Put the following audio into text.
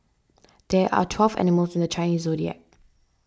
there are twelve animals in the Chinese zodiac